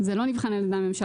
זה לא נבחן על ידי הממשלה.